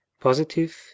positive